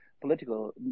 political